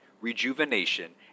rejuvenation